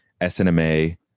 snma